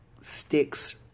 sticks